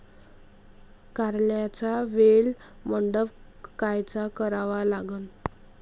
कारल्याचा वेल मंडप कायचा करावा लागन?